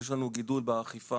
יש לנו גידול באכיפה